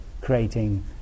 creating